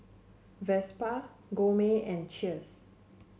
Vespa Gourmet and Cheers